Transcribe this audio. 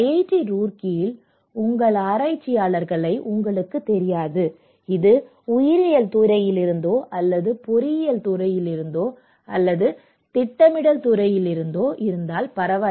D ரூர்க்கியில் உங்கள் ஆராய்ச்சியாளர்களை உங்களுக்குத் தெரியாது இது உயிரியல் துறையிலிருந்தோ அல்லது பொறியியல் துறையிலிருந்தோ அல்லது திட்டமிடல் துறையிலிருந்தோ இருந்தால் பரவாயில்லை